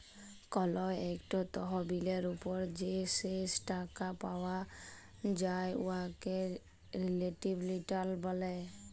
call ইকট তহবিলের উপর যে শেষ টাকা পাউয়া যায় উয়াকে রিলেটিভ রিটার্ল ব্যলে